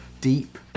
deep